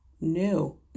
New